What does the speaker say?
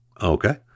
okay